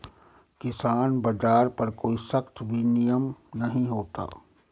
किसान बाज़ार पर कोई सख्त विनियम नहीं होता